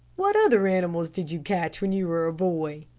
what other animals did you catch when you were a boy?